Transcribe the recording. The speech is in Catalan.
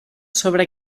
sobre